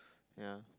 ya